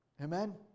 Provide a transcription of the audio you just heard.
Amen